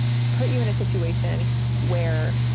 put you in a situation where